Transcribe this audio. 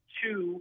two